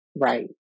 right